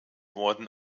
worden